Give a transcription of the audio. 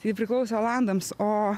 ji priklausė olandams o